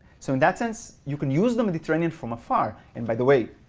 so in that sense, you can use the mediterranean from afar. and by the way,